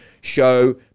show